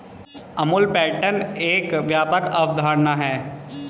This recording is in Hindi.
अमूल पैटर्न एक व्यापक अवधारणा है